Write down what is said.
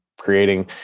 creating